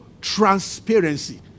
transparency